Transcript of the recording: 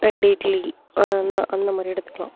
ரெண்டு இட்லி அதுதான் அந்தமாதிரி எடுத்துக்கலாம்